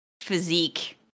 physique